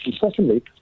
secondly